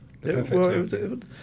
perfect